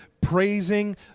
praising